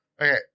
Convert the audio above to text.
Okay